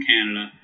Canada